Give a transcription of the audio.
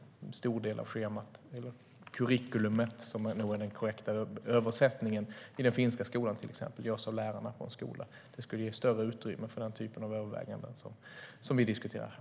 En stor del av schemat - curriculum - i till exempel den finska skolan görs av lärarna i varje skola. Det skulle ge större utrymme för den typen av överväganden som vi diskuterar här.